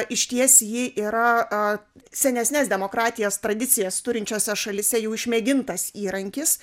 išties jį yra senesnes demokratijas tradicijas turinčiose šalyse jau išmėgintas įrankis